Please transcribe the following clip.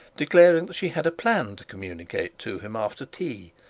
declaring that she had a plan to communicate to him after tea,